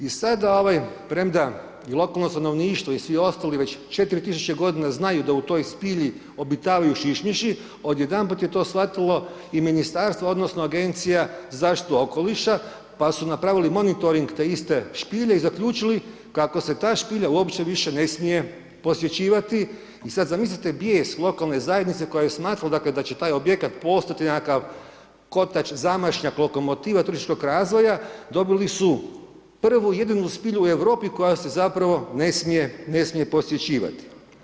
I sad, premda i lokalno stanovništvo i svi ostali već 4000 godina znaju da u toj spilji obitavaju šišmiši, odjedanput je to shvatilo i Ministarstvo odnosno Agencija za zaštitu okoliša, pa su napravili monitoring te iste špilje i zaključili kako se ta špilja uopće više ne smije posjećivati i sad zamislite bijes lokalne zajednice koja je smatrala, dakle, da će taj objekat postati nekakav kotač zamašnjak lokomotiva turističkog razvoja, dobili su prvu jedinu spilju u Europi koja se zapravo ne smije posjećivati.